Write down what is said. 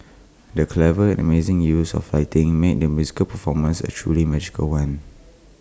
the clever and amazing use of lighting made the musical performance A truly magical one